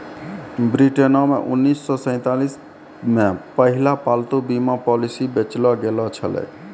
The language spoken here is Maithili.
ब्रिटेनो मे उन्नीस सौ सैंतालिस मे पहिला पालतू बीमा पॉलिसी बेचलो गैलो छलै